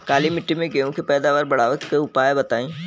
काली मिट्टी में गेहूँ के पैदावार बढ़ावे के उपाय बताई?